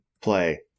play